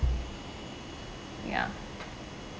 ya